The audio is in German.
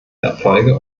erfolge